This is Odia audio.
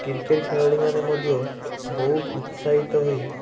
କ୍ରିକେଟ ଖେଳାଳିମାନେ ମଧ୍ୟ ବହୁତ ଉତ୍ସାହିତ ହୋଇ